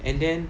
and then